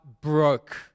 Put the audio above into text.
broke